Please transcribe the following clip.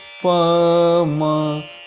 pama